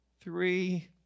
three